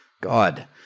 God